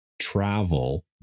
travel